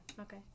Okay